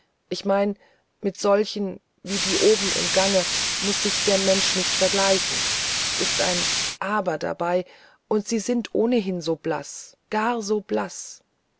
ich mein mit solchen wie die oben im gange soll sich der mensch nicht vergleichen s ist ein aber dabei und sie sind ohnehin so blaß gar so blaß